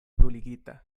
bruligita